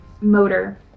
motor